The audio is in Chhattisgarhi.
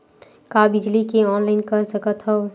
का बिजली के ऑनलाइन कर सकत हव?